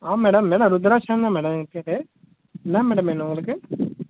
ஆமாம் madam madam Rudraksh தான் madam என்ன மேடம் வேணும் உங்களுக்கு